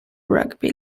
rugby